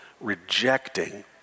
rejecting